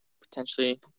potentially